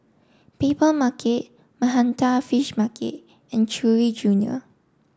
Papermarket Manhattan Fish Market and Chewy junior